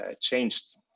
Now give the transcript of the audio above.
changed